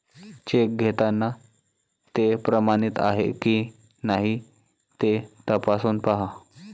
check घेताना ते प्रमाणित आहे की नाही ते तपासून पाहा